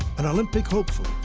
an olympic hopeful.